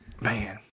Man